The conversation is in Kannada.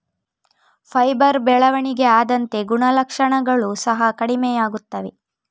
ಫೈಬರ್ ಬೆಳವಣಿಗೆ ಆದಂತೆ ಗುಣಲಕ್ಷಣಗಳು ಸಹ ಕಡಿಮೆಯಾಗುತ್ತವೆ